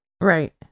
Right